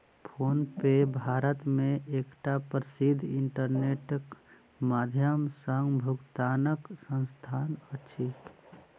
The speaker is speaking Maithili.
फ़ोनपे भारत मे एकटा प्रसिद्ध इंटरनेटक माध्यम सॅ भुगतानक संस्थान अछि